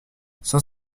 cent